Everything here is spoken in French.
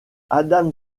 adam